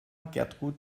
gertrud